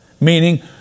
meaning